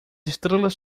estrelas